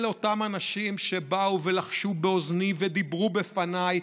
אלה אותם אנשים שבאו ולחשו באוזניי ודיברו בפניי